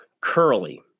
Curly